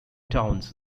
towns